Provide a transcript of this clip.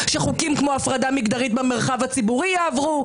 שחוקים כמו הפרדה מגדרית במרחב הציבורי יעברו.